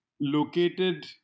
located